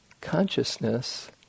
consciousness